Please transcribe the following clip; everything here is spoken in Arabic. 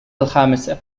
الخامسة